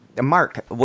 Mark